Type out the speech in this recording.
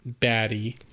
baddie